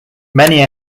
many